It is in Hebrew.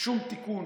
שום תיקון